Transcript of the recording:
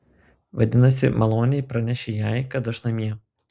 vadinasi maloniai pranešei jai kad aš namie